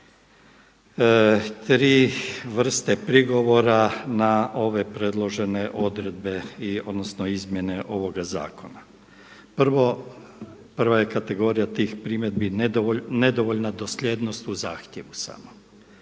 tri vrste prigovora na ove predložene odredbe odnosno izmjene ovoga zakona. Prva je kategorija tih primjedbi nedovoljna dosljednost u zahtjevu sama.